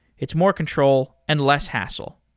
it's more control and less hassle.